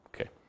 Okay